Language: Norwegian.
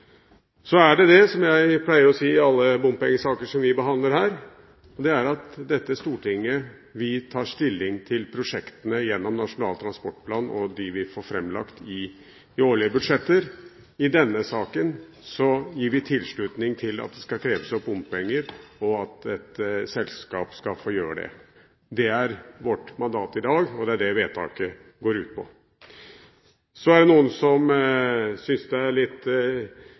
Så man må sammenligne med det som er alternativet, og ikke med et nullalternativ, det at det ikke skal være noe der i det hele tatt. Det syns jeg er en viktig dimensjon å ha med seg. Som jeg pleier å si i alle bompengesaker som vi behandler: Stortinget tar stilling til prosjektene gjennom Nasjonal transportplan og til dem vi får fremlagt i de årlige budsjetter. I denne saken gir vi tilslutning til at det skal kreves inn bompenger, og at et selskap skal få gjøre det. Det er vårt mandat i dag, og